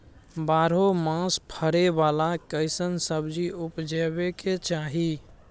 बारहो मास फरै बाला कैसन सब्जी उपजैब के चाही?